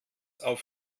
auf